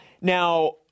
Now